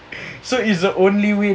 so is the only way